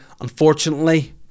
Unfortunately